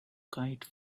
kite